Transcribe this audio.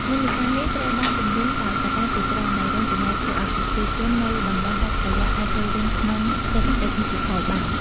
និន្នាការនេះត្រូវបានជំរុញដោយកត្តាជាច្រើន ដែលរួមចំណែកធ្វើឲ្យប្រជាជននៅតំបន់ដាច់ស្រយាលអាចចូលរួមក្នុងសេដ្ឋកិច្ចឌីជីថលបាន។